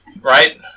Right